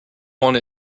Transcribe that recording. want